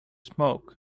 smoke